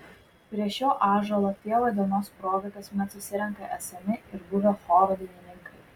prie šio ąžuolo tėvo dienos proga kasmet susirenka esami ir buvę choro dainininkai